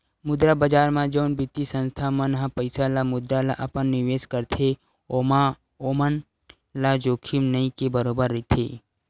मुद्रा बजार म जउन बित्तीय संस्था मन ह पइसा ल मुद्रा ल अपन निवेस करथे ओमा ओमन ल जोखिम नइ के बरोबर रहिथे